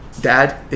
Dad